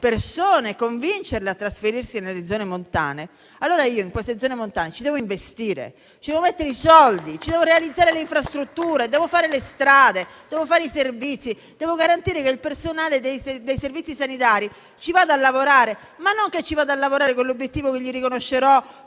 persone, convincendole a trasferirsi nelle zone montane, allora in queste zone montane ci devo investire, ci devo mettere i soldi, ci devo realizzare le infrastrutture. Devo costruire strade, servizi, devo garantire che il personale dei servizi sanitari ci vada a lavorare, ma non con l'obiettivo che gli riconoscerò